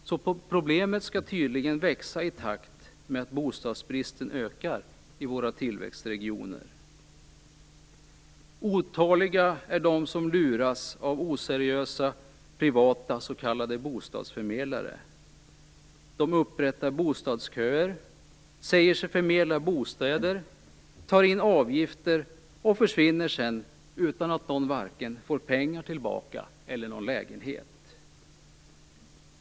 Problemet skall tydligen växa i takt med att bostadsbristen ökar i våra tillväxtregioner. Otaliga är de som lurats av oseriösa privata s.k. bostadsförmedlare. De upprättar bostadsköer, säger sig förmedla bostäder, tar in avgifter och försvinner sedan utan att någon får vare sig pengar tillbaka eller någon lägenhet.